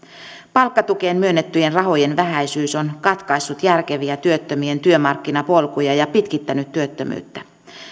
palkkatukeen myönnettyjen rahojen vähäisyys on katkaissut järkeviä työttömien työmarkkinapolkuja ja pitkittänyt työttömyyttä